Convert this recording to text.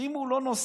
אם הוא לא נוסע,